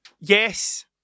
yes